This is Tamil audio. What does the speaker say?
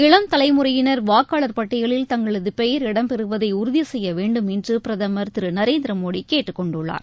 இளம் தலைமுறையினர் வாக்காளர் பட்டியலில் தங்களது பெயர் இடம்பெறுவதை உறுதி செய்ய வேண்டும் என்று பிரதமர் திரு நரேந்திர மோடி கேட்டுக்கொண்டுள்ளார்